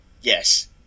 Yes